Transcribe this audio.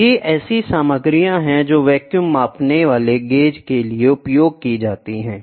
तो ये ऐसी सामग्रियां हैं जो वैक्यूम मापने वाले गेज के लिए उपयोग की जाती हैं